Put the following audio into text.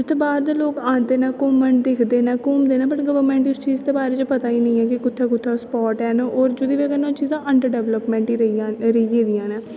बाहर दे लोक आंदे न घूमन दी गल्ला घूमदे ना गवर्नमेंट गी इस चीज दे बारे च पता गै नेई ऐ कुत्थै कुत्थै स्पाॅट ऐ पर जेहड़ी बजह कन्नै डिवेलपमेंट रेही गेदी ऐ